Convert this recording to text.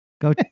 Go